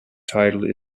title